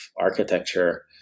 architecture